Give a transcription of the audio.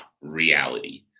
reality